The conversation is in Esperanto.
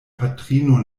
patrino